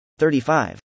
35